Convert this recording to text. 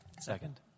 Second